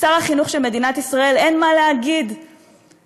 לשר החינוך של מדינת ישראל אין מה להגיד בסוגיה